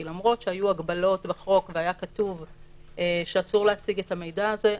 כי למרות שהיו הגבלות בחוק והיה כתוב שאסור להציג את המידע הזה,